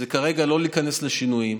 כרגע לא להיכנס לשינויים,